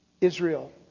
Israel